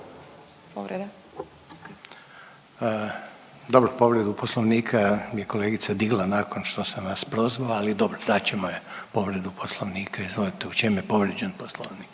Dobro povredu Poslovnika je kolegica digla nakon što sam vas prozvao, ali dobro dat ćemo joj povredu Poslovnika. Izvolite. U čem je povrijeđen Poslovnik?